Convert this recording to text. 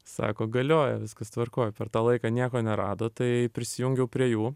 sako galioja viskas tvarkoj per tą laiką nieko nerado tai prisijungiau prie jų